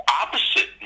opposite